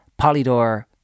Polydor